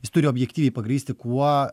jis turi objektyviai pagrįsti kuo